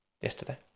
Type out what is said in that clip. Yesterday